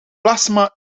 plasma